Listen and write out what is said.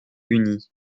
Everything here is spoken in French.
unies